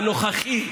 הנוכחי,